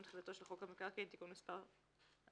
תחילתו של חוק המקרקעין (תיקון מס' 33),